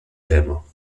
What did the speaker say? demo